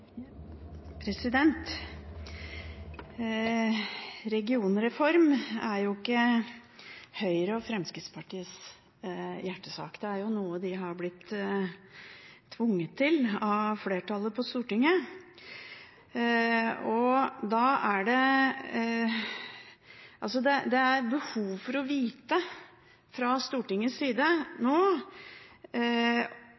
Regionreform er ikke Høyre og Fremskrittspartiets hjertesak. Det er jo noe de har blitt tvunget til av flertallet på Stortinget. Da er det behov for å få vite mer fra Stortingets side.